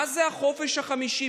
מה זה "החופש החמישי"?